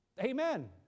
Amen